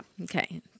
Okay